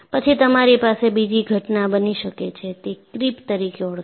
પછી તમારી પાસે બીજી ઘટના બની શકે છે તે ક્રિપ તરીકે ઓળખાય છે